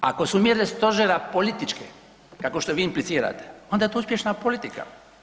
Ako su mjere stožera političke kako što vi implicirate onda je to uspješna politika.